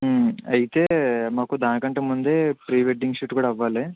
అయితే మాకు దానికంటే ముందే ప్రీ వెడ్డింగ్ షూట్ కూడా అవ్వాలి